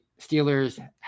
Steelers